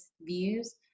views